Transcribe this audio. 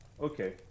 Okay